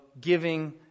giving